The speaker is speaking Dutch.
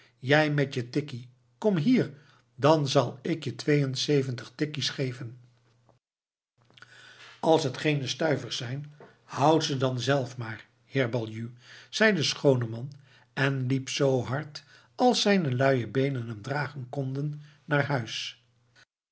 jij met je tikkie kom hier dan zal ik je tweeënzeventig tikkies geven als het geene stuivers zijn houd ze dan zelf maar heer baljuw zeide schooneman en liep zoo hard als zijn luie beenen hem dragen konden naar huis